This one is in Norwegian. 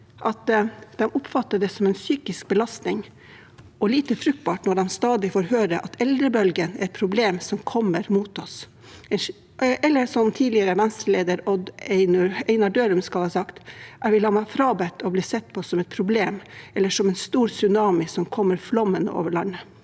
at de oppfatter det som en psykisk belastning og lite fruktbart når de stadig får høre at eldrebølgen er et problem som kommer mot oss. Tidligere Venstre-leder Odd Einar Dørum skal ha sagt at han ville ha seg frabedt å bli sett på som et problem, eller som en stor tsunami som kommer flommende over landet.